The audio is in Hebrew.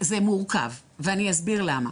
מורכב ואני אסביר למה.